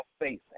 faith